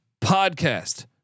podcast